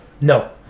No